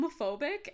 homophobic